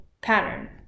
pattern